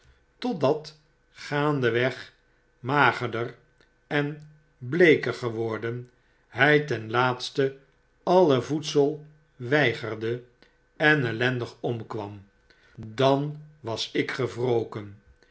totdat gaandeweg magerder en meeker geworden hy ten laatste alle voedsel weigefde en ellendig omkwam dan was ik gewroken